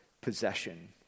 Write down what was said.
possession